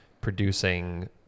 producing